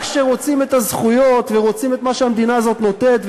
רק כשרוצים את הזכויות ורוצים את מה שהמדינה הזאת נותנת,